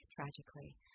tragically